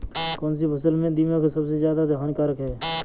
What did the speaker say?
कौनसी फसल में दीमक सबसे ज्यादा हानिकारक है?